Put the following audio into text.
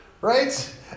right